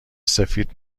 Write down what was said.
سفید